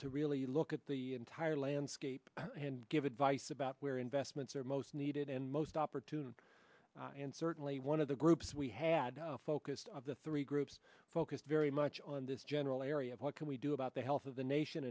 to really look at the entire landscape and give advice about where investments are most needed and most opportune and certainly one of the groups we had focused of the three groups focused very much on this general area of what can we do about the health of the nation